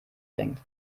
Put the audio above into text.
denkt